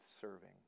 serving